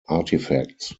artifacts